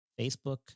Facebook